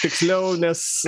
tiksliau nes